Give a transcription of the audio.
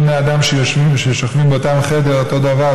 כל בני האדם ששוכבים באותו חדר הם אותו הדבר,